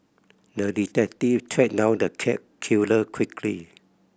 the detective tracked down the cat killer quickly